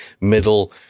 middle